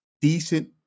decent